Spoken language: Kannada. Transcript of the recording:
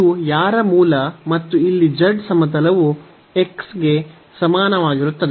ಇದು ಯಾರ ಮೂಲ ಮತ್ತು ಇಲ್ಲಿ z ಸಮತಲವು x ಗೆ ಸಮಾನವಾಗಿರುತ್ತದೆ